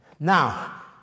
Now